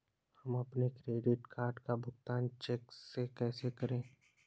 हम अपने credit card का भुगतान चेक से कैसे करें?